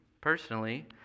personally